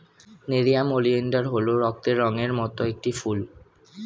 nerium oleander হল রক্তের রঙের মত একটি ফুল